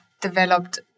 developed